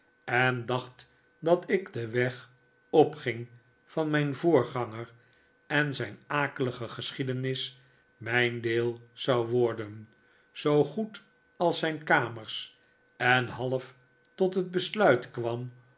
en dacht dat ik den weg opging van mijn voorganger en zijn akelige geschiedenis mijn deel zou worden zoo goed als zijn kamers en half tot het besluit kwam